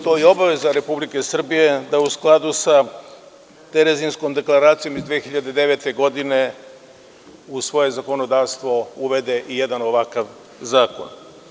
To je i obaveza Republike Srbije da, u skladu sa Terezinskom deklaracijom iz 2009. godine, u svoje zakonodavstvo uvede i jedan ovakav zakon.